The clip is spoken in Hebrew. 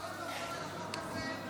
כל הכבוד על החוק הזה.